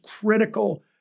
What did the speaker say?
critical